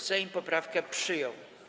Sejm poprawkę przyjął.